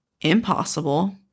impossible